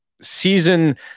season